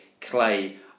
Clay